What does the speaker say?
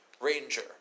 Ranger